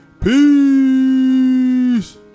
Peace